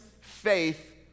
faith